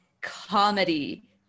comedy